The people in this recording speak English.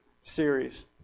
series